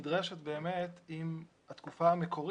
נדרשת לישיבה,